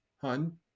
hun